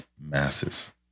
masses